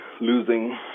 losing